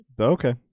Okay